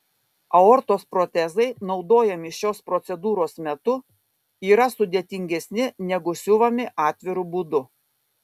aortos protezai naudojami šios procedūros metu yra sudėtingesni negu siuvami atviru būdu